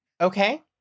Okay